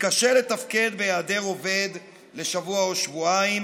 יתקשה לתפקד בהיעדר עובד לשבוע או שבועיים.